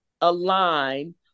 align